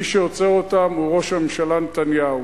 מי שעוצר זאת הוא ראש הממשלה נתניהו,